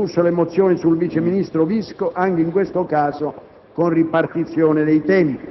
saranno discusse le mozioni sul vice ministro Visco, anche in questo caso con ripartizione dei tempi.